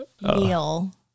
meal